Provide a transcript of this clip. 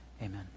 Amen